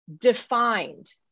defined